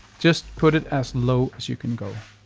just put it as low as you can go.